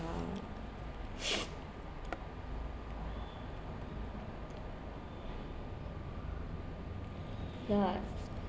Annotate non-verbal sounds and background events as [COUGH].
uh [BREATH] then like